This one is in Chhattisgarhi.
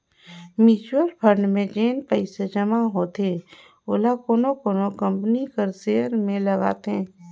म्युचुअल फंड में जेन पइसा जमा होथे ओला कोनो कोनो कंपनी कर सेयर में लगाथे